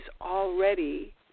already